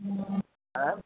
হ্যাঁ